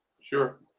Sure